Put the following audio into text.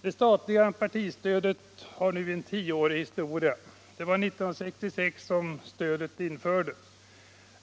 Det statliga partistödet har nu en tioårig historia; det var år 1966 som stödet infördes.